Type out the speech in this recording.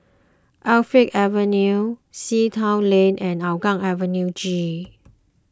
Avenue Sea Town Lane and Hougang Avenue G